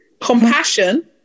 Compassion